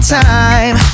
time